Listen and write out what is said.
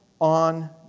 on